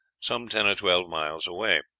some ten or twelve miles away.